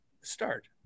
start